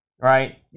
right